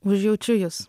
užjaučiu jus